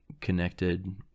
connected